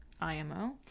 IMO